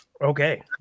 Okay